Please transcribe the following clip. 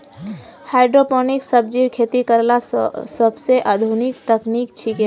hydroponic सब्जिर खेती करला सोबसे आधुनिक तकनीक छिके